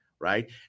right